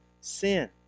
sin